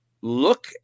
look